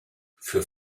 für